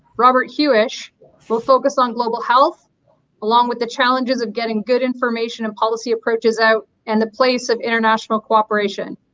robert hewish will focus on global health along with the challenges of getting good information and policy approaches out and the place of international cooperation.